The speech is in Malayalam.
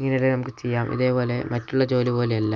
ഇങ്ങനെ എല്ലാം നമുക്ക് ചെയ്യാം ഇതേപോലെ മറ്റുള്ള ജോലി പോലെ അല്ല